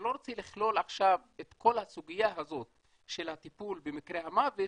אני לא רוצה לכלול עכשיו את כל הסוגיה הזאת של הטיפול במקרי המוות